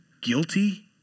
guilty